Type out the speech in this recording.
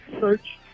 Search